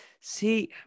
See